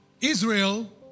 Israel